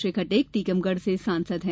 श्री खटीक टीकमगढ़ से सांसद हैं